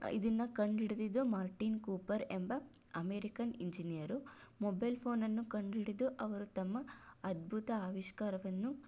ಇದನ್ನು ಕಂಡಿಡ್ದಿದ್ದು Martin Cooper ಎಂಬ ಅಮೆರಿಕನ್ ಇಂಜಿನಿಯರು ಮೊಬೆಲ್ ಫೋನನ್ನು ಕಂಡು ಹಿಡಿದು ಅವರು ತಮ್ಮ ಅದ್ಭುತ ಆವಿಷ್ಕಾರವನ್ನು